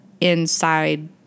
inside